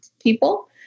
people